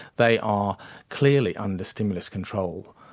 they are clearly under stimulus control,